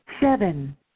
Seven